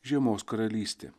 žiemos karalystė